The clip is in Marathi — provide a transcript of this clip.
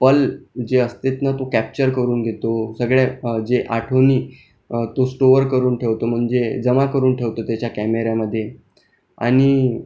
पल जे असतात ना तो कॅप्चर करून घेतो सगळ्या जे आठवणी तो स्टोर करून ठेवतो म्हणजे जमा करून ठेवतो त्याच्या कॅमेऱ्यामध्ये आणि